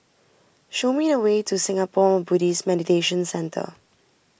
show me the way to Singapore Buddhist Meditation Centre